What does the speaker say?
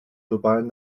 globalen